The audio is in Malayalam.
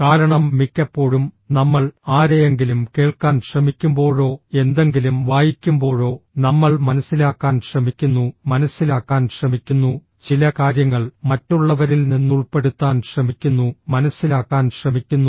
കാരണം മിക്കപ്പോഴും നമ്മൾ ആരെയെങ്കിലും കേൾക്കാൻ ശ്രമിക്കുമ്പോഴോ എന്തെങ്കിലും വായിക്കുമ്പോഴോ നമ്മൾ മനസിലാക്കാൻ ശ്രമിക്കുന്നു മനസ്സിലാക്കാൻ ശ്രമിക്കുന്നു ചില കാര്യങ്ങൾ മറ്റുള്ളവരിൽ നിന്ന് ഉൾപ്പെടുത്താൻ ശ്രമിക്കുന്നു മനസ്സിലാക്കാൻ ശ്രമിക്കുന്നു